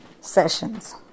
sessions